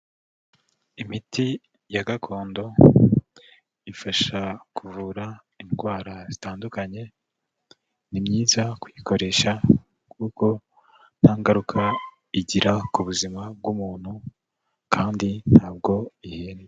Imiti ya gakondo ifasha kuvura indwara zitandukanye, ni kuyikoresha kuko nta ngaruka igira ku buzima bw'umuntu kandi ntabwo ihenda.